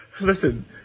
listen